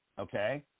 Okay